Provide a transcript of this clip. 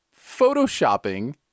Photoshopping